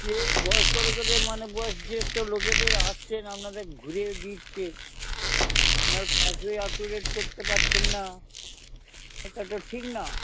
যে বয়স্ক লোকেদের মানে বয়স জেষ্ঠ লোকেদের আসছেন আপনাদের ঘুরে দিচ্ছে আপনার পাশবই আপটুডেট করতে পারছেন না এটা তো ঠিক না